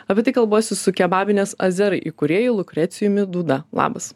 apie tai kalbuosi su kebabinės azerai įkūrėju lukrecijumi dūda labas